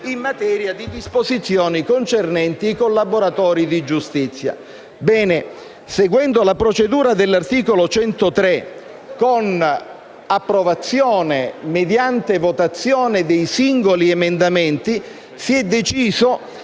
in materia di disposizioni concernenti i collaboratori di giustizia. Seguendo la procedura di cui all'articolo 103, con approvazione, mediante votazione, dei singoli emendamenti, si è deciso